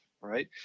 right